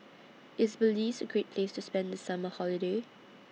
IS Belize A Great Place to spend The Summer Holiday